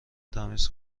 تمیز